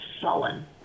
sullen